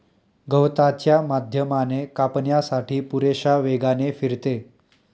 गवताच्या माध्यमाने कापण्यासाठी पुरेशा वेगाने फिरते